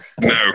No